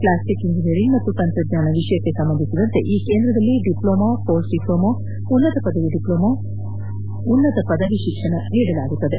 plastic engineering ಮತ್ತು ತಂತ್ರಜ್ಙಾನ ವಿಷಯಕ್ಕೆ ಸಂಬಂಧಿಸಿದಂತೆ ಈ ಕೇಂದ್ರದಲ್ಲಿ ಡಿಪ್ಲೊಮಾ ಮೋಸ್ಟ್ ಡಿಪ್ಲೊಮಾ ಉನ್ನತ ಪದವಿ ಡಿಪ್ಲೊಮಾ ಉನ್ನತ ಪದವಿ ಶಿಕ್ಷಣ ನೀಡಲಾಗುತ್ತದೆ